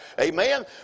amen